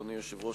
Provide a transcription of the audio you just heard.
אדוני היושב-ראש,